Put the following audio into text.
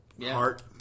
heart